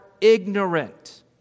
ignorant